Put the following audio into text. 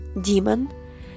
demon